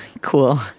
cool